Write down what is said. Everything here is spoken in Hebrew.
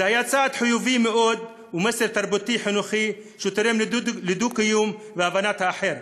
זה היה צעד חיובי מאוד ומסר תרבותי חינוכי שתורם לדו-קיום והבנת האחר,